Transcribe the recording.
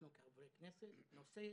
אנחנו כחברי כנסת נושא